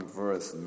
verse